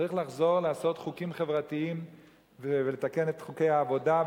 צריך לחזור לעשות חוקים חברתיים ולתקן את חוקי העבודה,